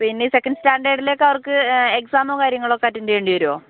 പിന്നെ second standard കാർക്ക് exam കാര്യങ്ങളും അറ്റൻഡ് ചെയ്യേണ്ടി വരുമോ